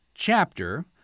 chapter